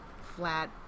flat